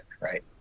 right